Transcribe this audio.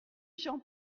jean